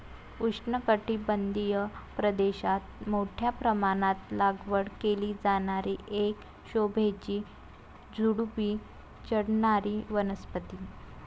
उष्णकटिबंधीय प्रदेशात मोठ्या प्रमाणात लागवड केली जाणारी एक शोभेची झुडुपी चढणारी वनस्पती